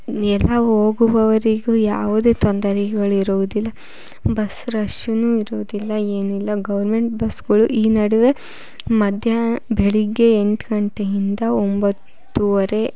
ಎಲ್ಲ ಹೋಗುವವರಿಗೂ ಯಾವುದೇ ತೊಂದರೆಗಳಿರುವುದಿಲ್ಲ ಬಸ್ ರಶ್ನು ಇರುವುದಿಲ್ಲ ಏನಿಲ್ಲ ಗೌರ್ಮೆಂಟ್ ಬಸ್ಗಳು ಈ ನಡುವೆ ಮಧ್ಯೆ ಬೆಳಗ್ಗೆ ಎಂಟು ಗಂಟೆಯಿಂದ ಒಂಬತ್ತುವರೆ